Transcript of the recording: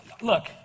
Look